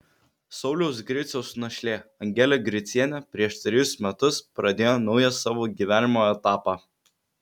sauliaus griciaus našlė angelė gricienė prieš trejus metus pradėjo naują savo gyvenimo etapą